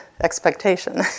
expectation